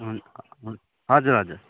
हुन् हजुर हजुर